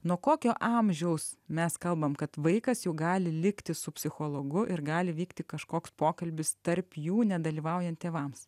nuo kokio amžiaus mes kalbam kad vaikas jau gali likti su psichologu ir gali vykti kažkoks pokalbis tarp jų nedalyvaujant tėvams